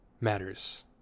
matters